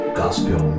Gospel